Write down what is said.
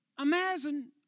Imagine